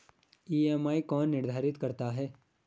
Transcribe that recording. EMI कौन निर्धारित करता है?